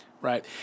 Right